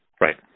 Right